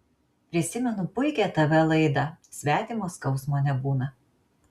prisimenu puikią tv laidą svetimo skausmo nebūna